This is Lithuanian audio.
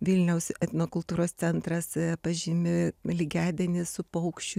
vilniaus etnokultūros centras pažymi lygiadienį su paukščių